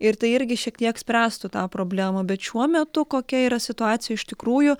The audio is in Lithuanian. ir tai irgi šiek tiek spręstų tą problemą bet šiuo metu kokia yra situacija iš tikrųjų